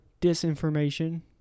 disinformation